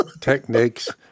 techniques